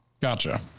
Gotcha